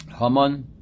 Haman